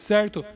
Certo